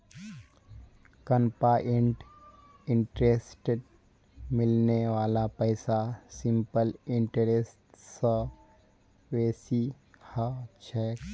compound इंटरेस्टत मिलने वाला पैसा सिंपल इंटरेस्ट स बेसी ह छेक